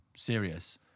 Serious